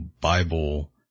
Bible